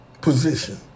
position